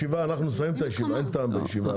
אנחנו נסיים את הישיבה, אין טעם בישיבה הזאת יותר.